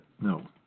no